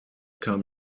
kam